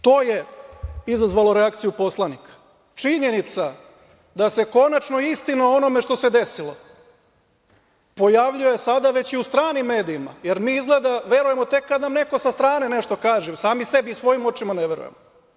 To je izazvalo reakciju poslanika, činjenica da se konačno istina o onome što se desilo pojavljuje sada već i u stranim medijima, jer mi izgleda verujemo tek kad nam neko sa strane nešto kaže, sami sebi i svojim očima ne verujemo.